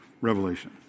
revelation